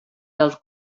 del